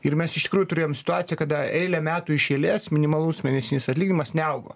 ir mes iš tikrųjų turėjom situaciją kada eilę metų iš eilės minimalus mėnesinis atlyginimas neaugo